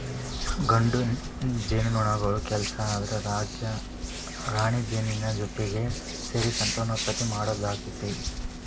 ಗಂಡು ಜೇನುನೊಣಗಳ ಕೆಲಸ ಅಂದ್ರ ರಾಣಿಜೇನಿನ ಜೊತಿಗೆ ಸೇರಿ ಸಂತಾನೋತ್ಪತ್ತಿ ಮಾಡೋದಾಗೇತಿ